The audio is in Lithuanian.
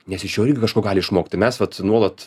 nes iš jo irgi kažko gali išmokti mes vat nuolat